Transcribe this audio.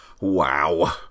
Wow